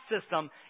system